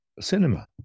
cinema